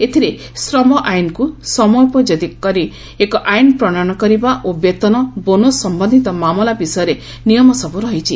ଏଥିରେ ଶ୍ରମ ଆଇନକୁ ସମଯୋଜିତ କରି ଏକ ଆଇନ ପ୍ରଶୟନ କରିବା ଓ ବେତନ ବୋନସ ସମ୍ୟନ୍ଧିତ ମାମଲା ବିଷୟରେ ନିୟମ ସବ୍ ରହିଛି